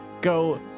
go